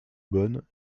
bonne